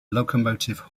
locomotive